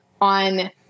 on